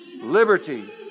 Liberty